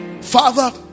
Father